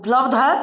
उपलब्ध है